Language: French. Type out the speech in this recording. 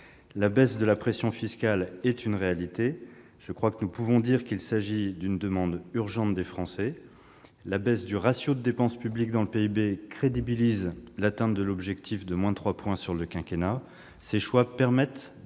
La baisse de la pression fiscale est une réalité. Je crois que nous pouvons dire qu'il s'agit d'une demande urgente des Français. La baisse du ratio de dépenses publiques dans le PIB crédibilise l'objectif d'une baisse de 3 points sur le quinquennat. Ces choix permettent des